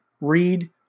read